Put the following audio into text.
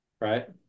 Right